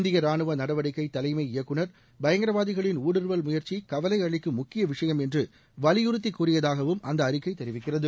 இந்திய ராணுவ நடவடிக்கை தலைமை இயக்குநர் பயங்கரவாதிகளின் ஊடுருவல் முயற்சி கவலை அளிக்கும் முக்கிய விஷயம் என்று வலியுறுத்தி கூறியதாகவும் அந்த அறிக்கை தெரிவிக்கிறது